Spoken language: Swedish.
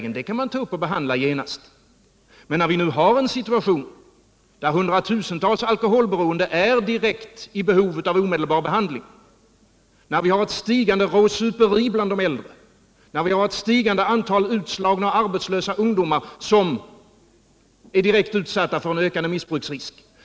Sådana frågor kan man ta upp och behandla genast. Men nu har vi en situation där hundratusentals alkoholberoende är i behov av omedelbar vård. Vi har ett ökande råsuperi bland de äldre. Vi har ett stigande antal utslagna och arbetslösa ungdomar som är direkt utsatta för en ökad missbruksrisk.